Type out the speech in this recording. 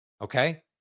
okay